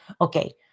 okay